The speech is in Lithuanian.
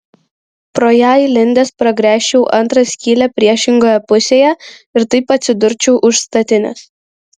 pro ją įlindęs pragręžčiau antrą skylę priešingoje pusėje ir taip atsidurčiau už statinės